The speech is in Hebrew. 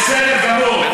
בסדר גמור.